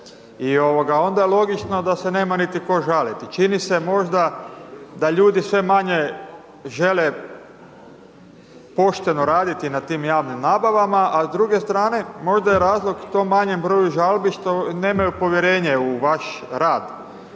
i onda je logično da se nema niti tko žaliti, čini se možda da ljudi sve manje žele pošteno raditi na tim javnim nabavama, a s druge strane možda je razlog tom manjem broju žalbi što nemaju povjerenje u vaš rad,